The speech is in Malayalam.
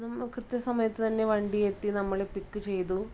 നമ്മൾ കൃത്യസമയത്ത് തന്നെ വണ്ടി എത്തി നമ്മളെ പിക്ക് ചെയ്തു